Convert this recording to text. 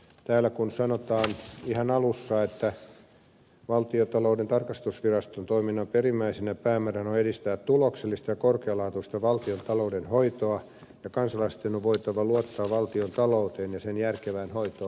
täällä sanotaan ihan alussa että valtiontalouden tarkastusviraston toiminnan perimmäisenä päämääränä on edistää tuloksellista ja korkealaatuista valtiontalouden hoitoa ja kansalaisten on voitava luottaa valtion talouteen ja sen järkevään hoitoon